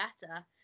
better